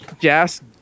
Jazz